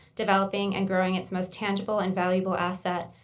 developing, and growing its most tangible and valuable asset,